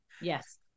Yes